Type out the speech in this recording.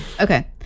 Okay